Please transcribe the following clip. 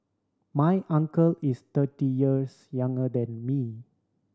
my uncle is thirty years younger than me